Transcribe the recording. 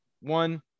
One